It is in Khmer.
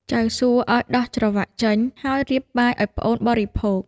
ចៅសួឱ្យដោះច្រវាក់ចេញ ហើយរៀបបាយឱ្យប្អូនបរិភោគ។